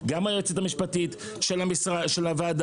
גם היועצת המשפטית של הוועדה,